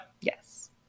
Yes